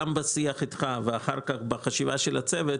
גם בשיח איתך וגם בחשיבה של הצוות,